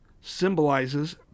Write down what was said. symbolizes